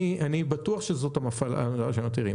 אני בטוח שזאת המטרה של המפעילים.